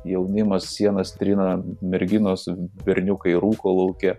jaunimas sienas trina merginos berniukai rūko lauke